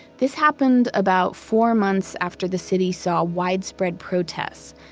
this happened about four months after the city saw widespread protests.